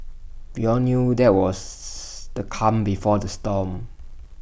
we all knew that IT was the calm before the storm